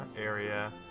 area